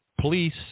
police